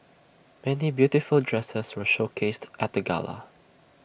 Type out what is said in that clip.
many beautiful dresses were showcased at the gala